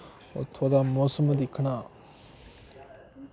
उत्थूं दा मोसम दिक्खना